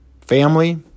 family